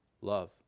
love